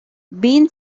been